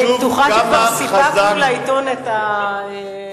אני בטוחה שכבר סיפקנו לעיתון את הציטוט השבועי.